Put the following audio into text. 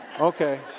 Okay